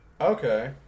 Okay